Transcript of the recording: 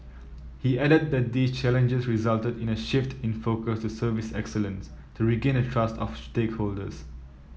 he added the these challenges resulted in a shift in focus to service excellence to regain the trust of stakeholders